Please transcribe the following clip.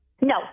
no